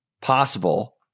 possible